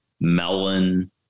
melon